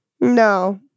No